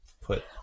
put